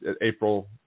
April